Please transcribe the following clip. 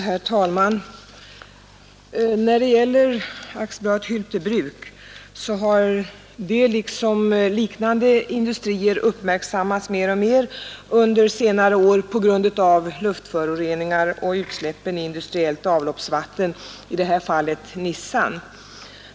Herr talman! Hylte Bruks AB har liksom liknande industrier uppmärksammats under senare år på grund av luftföroreningar och utsläpp av industriellt avloppsvatten, i det här fallet i Nissan.